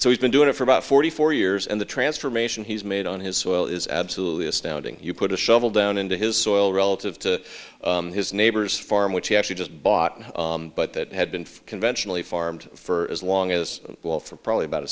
so he's been doing it for about forty four years and the transformation he's made on his soil is absolutely astounding you put a shovel down into his soil relative to his neighbors farm which he actually just bought but that had been conventionally farmed for as long as well for probably about a